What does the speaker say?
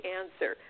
answer